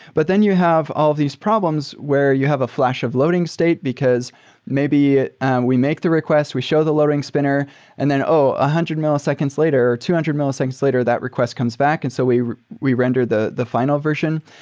but then you have all these problems where you have a flash of loading state because maybe we make the request, we show the loading spinner and then, oh! one ah hundred milliseconds later or two hundred milliseconds later, that request comes back, and so we we render the the final version.